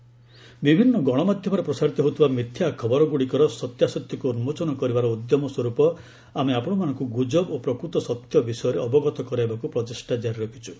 ଫ୍ୟାକ୍ check MHA ବିଭିନ୍ନ ଗଣମାଧ୍ୟମରେ ପ୍ରସାରିତ ହେଉଥିବା ମିଥ୍ୟା ଖବରଗ୍ରଡ଼ିକ୍ରର ସତ୍ୟାସତ୍ୟକୁ ଉନ୍ମୋଚନ କରିବାର ଉଦ୍ୟମ ସ୍ୱରୂପ ଆମେ ଆପଣମାନଙ୍କୁ ଗ୍ରଜବ ଓ ପ୍ରକୃତ ସତ୍ୟ ବିଷୟରେ ଅବଗତ କରାଇବାକୁ ପ୍ରଚେଷ୍ଟା କାରି ରଖିଛୁ